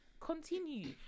continue